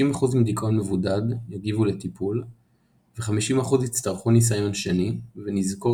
50% עם דכאון מבודד יגיבו לטיפול ו50% יצטרכו נסיון שני ונזכור